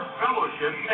fellowship